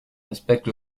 respecte